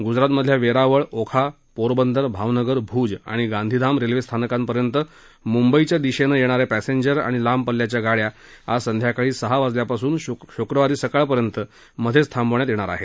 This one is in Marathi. गुजरातमधल्या वेरावळ ओखा पोरबंदर भावनगर भूज आणि गांधीधाम रेल्वेस्थानकांपर्यंत मुंबईच्या दिशेनं येणा या पॅसेजंर आणि लांब पल्ल्याच्या गाड्या आज संध्याकाळी सहा वाजल्यापासून शुक्रवारी सकाळपर्यंत मध्येच थांबवण्यात येणार आहेत